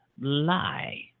lie